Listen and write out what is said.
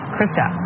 Krista